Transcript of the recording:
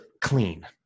clean